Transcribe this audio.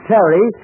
Terry